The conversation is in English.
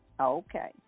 Okay